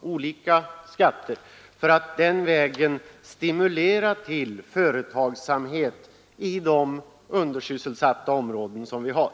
olika skatter för att den vägen stimulera till företagsamhet i de undersysselsatta områdena.